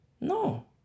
No